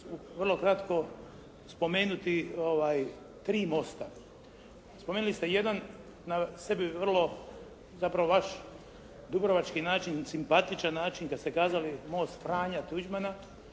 vrlo kratko spomenuti tri mosta. Spomenuli ste jedan na sebi vrlo, zapravo vaš dubrovački način, simpatičan način kad ste kazali Most Franja Tuđmana